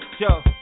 Yo